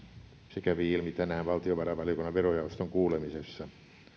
se kävi ilmi tänään valtiovarainvaliokunnan verojaoston kuulemisessa